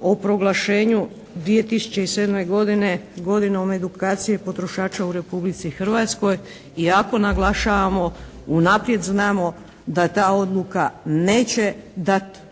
o proglašenju 2007. godine, godinom edukacije potrošača u Republici Hrvatskoj iako naglašavamo unaprijed znamo da ta odluka neće dati